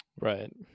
Right